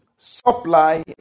Supply